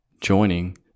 joining